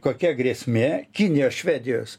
kokia grėsmė kinijos švedijos